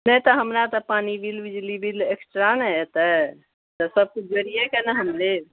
नै तऽ हमरा तऽ पानी बिल बिजली बिल एक्स्ट्रा ने अयतै तऽ सबकिछु जोरिएके ने हम लेब